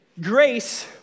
Grace